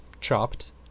chopped